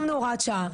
שמנו הוראת שעה,